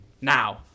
now